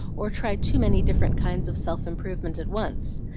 or try too many different kinds of self-improvement at once.